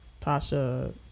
Tasha